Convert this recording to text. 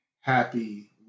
happy